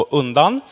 undan